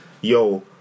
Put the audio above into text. yo